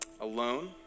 alone